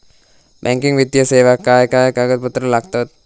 Banking वित्तीय सेवाक काय कागदपत्र लागतत?